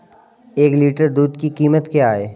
एक लीटर दूध की कीमत क्या है?